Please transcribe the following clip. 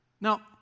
Now